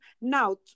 Now